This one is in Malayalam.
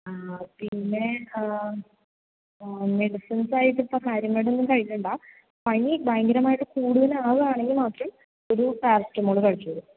പിന്നെ മെഡിസിൻസ് ആയിട്ട് ഇപ്പോൾ കാര്യമായിട്ട് ഒന്നും കഴിക്കേണ്ട പനി ഭയങ്കരമായിട്ട് കൂടുതൽ ആവുകയാണെങ്കിൽ മാത്രം ഒരു പാരസെറ്റമോൾ കഴിച്ചോളൂ